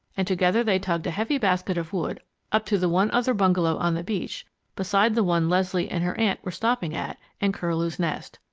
and together they tugged a heavy basket of wood up to the one other bungalow on the beach beside the one leslie and her aunt were stopping at and curlew's nest.